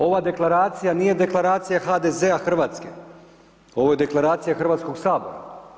Ova deklaracija nije deklaracija HDZ-a Hrvatske, ovo je deklaracija Hrvatskog sabora.